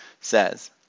says